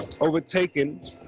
overtaken